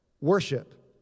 worship